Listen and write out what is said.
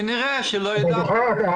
כנראה שלא ידעת.